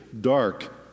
dark